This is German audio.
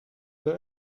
der